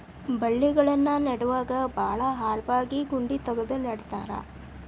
ಬಳ್ಳಿಗಳನ್ನ ನೇಡುವಾಗ ಭಾಳ ಆಳವಾಗಿ ಗುಂಡಿ ತಗದು ನೆಡತಾರ